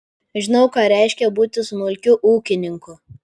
žinau ką reiškia būti smulkiu ūkininku